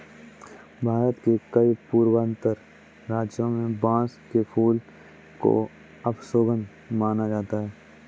भारत के कई पूर्वोत्तर राज्यों में बांस के फूल को अपशगुन माना जाता है